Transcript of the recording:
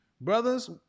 Brothers